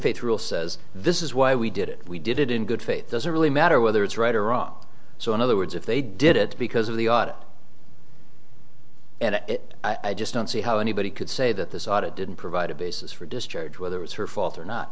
faith rule says this is why we did it we did it in good faith doesn't really matter whether it's right or wrong so in other words if they did it because of the audit and i just don't see how anybody could say that this audit didn't provide a basis for discharge whether it was her fault or not